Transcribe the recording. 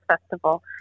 Festival